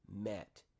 met